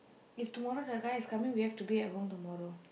if tomorrow the guy is coming we have to be at home tomorrow